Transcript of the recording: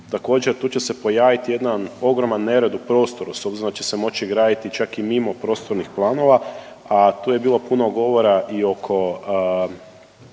Također tu će se pojaviti jedan ogroman nered u prostoru s obzirom da će se moć i graditi čak i mimo prostornih planova, a tu je bilo puno govora i oko